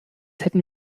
hätten